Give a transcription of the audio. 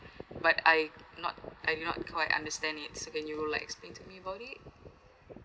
but I not I'm not quite understand it so can you like explain to me about it